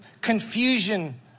confusion